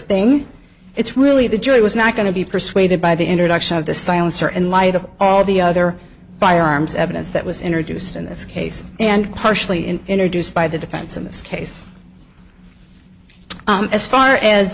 thing it's really the jury was not going to be persuaded by the introduction of the silencer in light of all the other firearms evidence that was introduced in this case and partially introduced by the defense in this case as far as